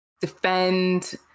defend